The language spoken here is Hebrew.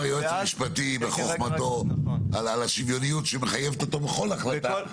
היועץ המשפטי בחוכמתו על השוויוניות שמחייבת אותו בכל החלטה,